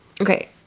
okay